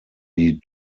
die